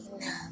enough